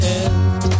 end